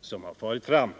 som farit fram.